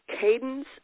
cadence